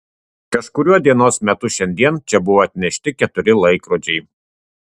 kažkuriuo dienos metu šiandien čia buvo atnešti keturi laikrodžiai